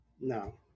No